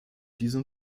diesem